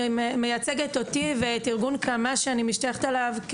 אני מייצגת אותי ואת ארגון קמה שאני משתייכת אליו,